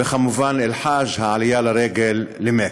וכמובן אל-חאג' העלייה לרגל למכה.